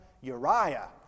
Uriah